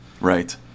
Right